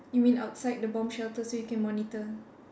you mean outside the bomb shelter so you can monitor